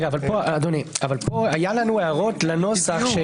אדוני, היו לנו הערות לנוסח.